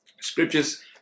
Scriptures